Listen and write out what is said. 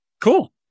cool